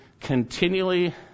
continually